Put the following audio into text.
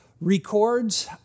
records